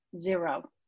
Zero